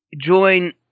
join